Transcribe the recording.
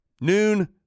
noon